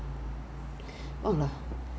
so the to 他们还是 two three four hundred